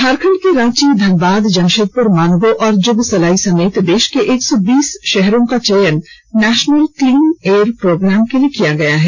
झारखंड के रांची धनबाद जमशेदपुर मानगो और जुगसलाई समेत देश के एक सौ बीस शहरों का चयन नेशनल क्लीन एयर प्रोग्राम के लिए किया गया है